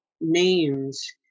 names